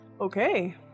Okay